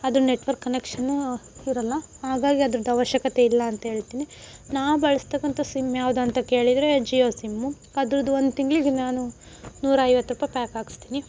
ಅದು ನೆಟ್ವರ್ಕ್ ಕನೆಕ್ಷನ್ನೂ ಇರೊಲ್ಲ ಹಾಗಾಗಿ ಅದ್ರದು ಅವಶ್ಯಕತೆ ಇಲ್ಲ ಅಂತ ಹೇಳ್ತೀನಿ ನಾನು ಬಳಸತಕ್ಕಂಥ ಸಿಮ್ ಯಾವುದಂತ ಕೇಳಿದರೆ ಜಿಯೋ ಸಿಮ್ಮು ಅದ್ರದು ಒಂದು ತಿಂಗಳಿಗೆ ನಾನು ನೂರ ಐವತ್ತು ರೂಪಾಯಿ ಪ್ಯಾಕ್ ಹಾಕಿಸ್ತೀನಿ